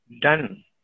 done